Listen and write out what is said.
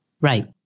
Right